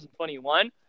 2021